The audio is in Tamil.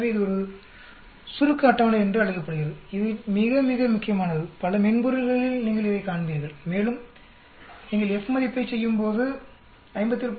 எனவே இது ஒரு சுருக்க அட்டவணை என்று அழைக்கப்படுகிறது இது மிக மிக முக்கியமானது பல மென்பொருள்களில் நீங்கள் இதைக் காண்பீர்கள் மேலும் நீங்கள் F மதிப்பைச் செய்யும்போது 57